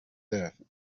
deaths